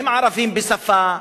הם ערבים בשפה,